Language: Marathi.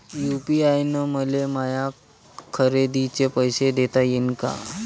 यू.पी.आय न मले माया खरेदीचे पैसे देता येईन का?